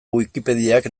wikipediak